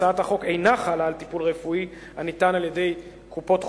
הצעת החוק אינה חלה על טיפול רפואי הניתן על-ידי קופות-חולים